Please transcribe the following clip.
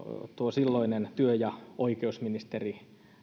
silloinen työ ja oikeusministeri